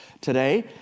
today